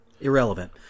Irrelevant